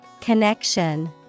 Connection